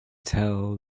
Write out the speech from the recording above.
tell